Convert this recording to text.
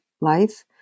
life